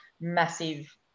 massive